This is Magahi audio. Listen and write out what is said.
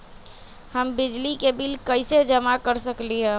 हम बिजली के बिल कईसे जमा कर सकली ह?